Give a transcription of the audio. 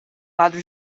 lado